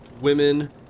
women